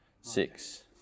six